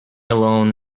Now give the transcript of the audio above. alone